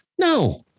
No